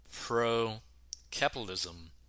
pro-capitalism